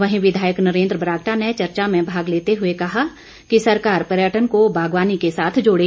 वहीं विधायक नरेंद्र बरागटा ने चर्चा में भाग लेते हुए कहा कि सरकार पर्यटन को बागवानी के साथ जोड़े